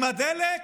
עם הדלק.